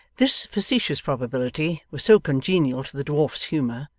this facetious probability was so congenial to the dwarf's humour,